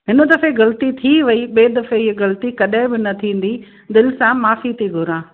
हिन दफ़े ग़लती थी वई ॿिए दफ़े इहा ग़लती कॾहिं बि न थींदी दिलि सां माफ़ी थी घुरां